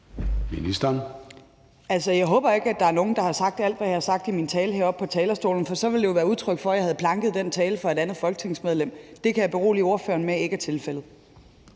(Sophie Løhde): Jeg håber ikke, at der er nogen, der har sagt alt, hvad jeg har sagt i min tale heroppe på talerstolen. For så ville det jo være udtryk for, at jeg havde planket den tale fra et andet folketingsmedlem. Det kan jeg berolige ordføreren med ikke er tilfældet.